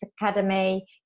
academy